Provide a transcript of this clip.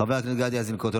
חברת הכנסת גדי איזנקוט,